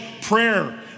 prayer